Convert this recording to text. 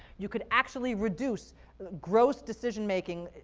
you could actually reduce gross decision making.